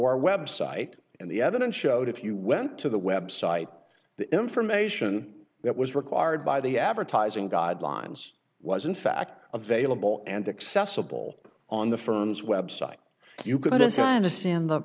our website and the evidence showed if you went to the website the information that was required by the advertising guidelines was in fact available and accessible on the firm's website you could as i understand the